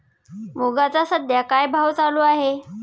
मुगाचा सध्या काय भाव चालू आहे?